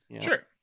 Sure